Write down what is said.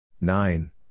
nine